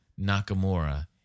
Nakamura